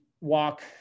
walk